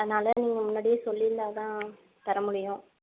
அதனால நீங்கள் முன்னாடியே சொல்லியிருந்தாதான் தர முடியும்